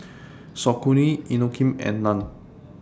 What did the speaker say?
Saucony Inokim and NAN